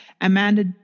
Amanda